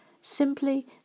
simply